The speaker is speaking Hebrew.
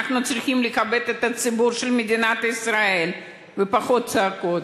אנחנו צריכים לכבד את הציבור של מדינת ישראל בפחות צעקות.